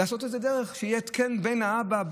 לעשות את זה בדרך שיהיה התקן בין האבא,